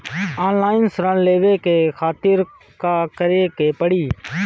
Online ऋण लेवे के खातिर का करे के पड़ी?